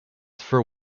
for